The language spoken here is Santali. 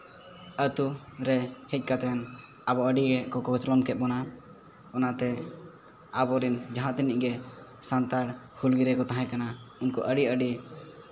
ᱟᱹᱛᱩ ᱨᱮ ᱦᱮᱡᱽ ᱠᱟᱛᱮᱫ ᱟᱵᱚ ᱟᱹᱰᱤ ᱠᱚ ᱠᱚᱪᱞᱚᱱ ᱠᱮᱫ ᱵᱚᱱᱟ ᱚᱱᱟᱛᱮ ᱟᱵᱚᱨᱮᱱ ᱡᱟᱦᱟᱸ ᱛᱤᱱᱟᱹᱜ ᱜᱮ ᱥᱟᱱᱛᱟᱲ ᱦᱩᱞᱜᱟᱹᱨᱭᱟᱹ ᱠᱚ ᱛᱟᱦᱮᱸᱠᱟᱱᱟ ᱩᱱᱠᱩ ᱟᱹᱰᱤ ᱟᱹᱰᱤ